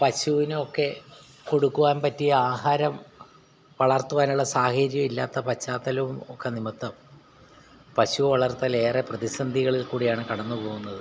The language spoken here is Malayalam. പശുവിനൊക്കെ കൊടുക്കുവാൻ പറ്റിയ ആഹാരം വളർത്തുവാനുള്ള സാഹചര്യം ഇല്ലാത്ത പശ്ചാത്തലവും ഒക്കെ നിമിത്തം പശു വളർത്തലേറെ പ്രതിസന്ധികളിൽ കൂടിയാണ് കടന്നുപോകുന്നത്